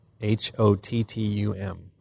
H-O-T-T-U-M